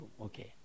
okay